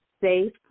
safe